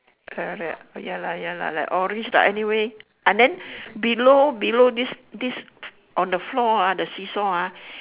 correct ya lah ya lah like orange ah anyway ah then below below this this on the floor ah the see-saw ah